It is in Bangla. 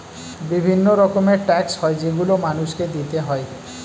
বিভিন্ন রকমের ট্যাক্স হয় যেগুলো মানুষকে দিতে হয়